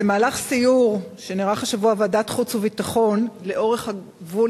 במהלך סיור ועדת החוץ והביטחון שנערך השבוע לאורך הגבול